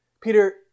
Peter